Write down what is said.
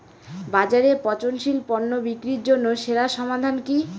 বাজারে পচনশীল পণ্য বিক্রির জন্য সেরা সমাধান কি?